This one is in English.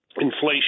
inflation